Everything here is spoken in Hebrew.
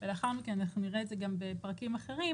ולאחר מכן אנחנו נראה את זה גם בפרקים אחרים.